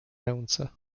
ręce